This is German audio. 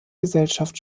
gesellschaft